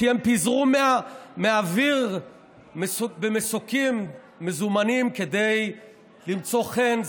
כי הם פיזרו מהאוויר במסוקים מזומנים כדי למצוא חן.